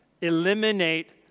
Eliminate